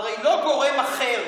הרי לא גורם אחר